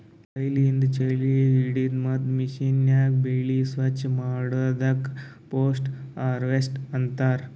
ಕೈಯಿಂದ್ ಛಾಳಿ ಹಿಡದು ಮತ್ತ್ ಮಷೀನ್ಯಾಗ ಬೆಳಿ ಸ್ವಚ್ ಮಾಡದಕ್ ಪೋಸ್ಟ್ ಹಾರ್ವೆಸ್ಟ್ ಅಂತಾರ್